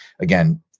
Again